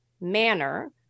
manner